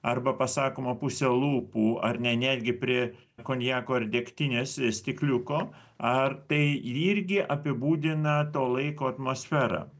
arba pasakoma puse lūpų ar ne netgi prie konjako ar degtinės stikliuko ar tai irgi apibūdina to laiko atmosferą